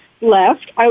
left